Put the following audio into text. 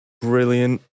brilliant